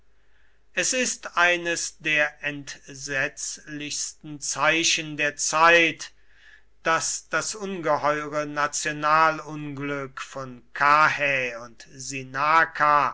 es ist eines der entsetzlichsten zeichen der zeit daß das ungeheure nationalunglück von karrhä und sinnaka